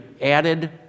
added